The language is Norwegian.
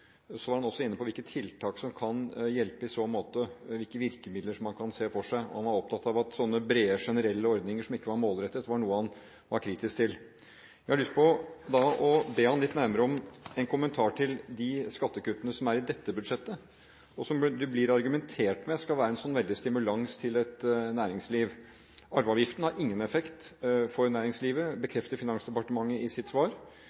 så måte – hvilke virkemidler man kan se for seg – og han var opptatt av at brede, generelle ordninger som ikke var målrettet, var noe han var kritisk til. Jeg har lyst til å be ham om en nærmere kommentar til de skattekuttene som er i dette budsjettet, og som det blir argumentert med skal være en veldig stimulans til næringslivet. Arveavgiften har ingen effekt for næringslivet, bekrefter Finansdepartementet i sitt svar,